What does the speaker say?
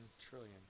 trillion